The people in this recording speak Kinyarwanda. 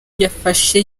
yafashe